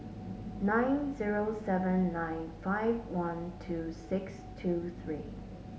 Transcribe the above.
nine zero seven nine five one two six two three